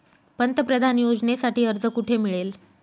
पंतप्रधान योजनेसाठी अर्ज कुठे मिळेल?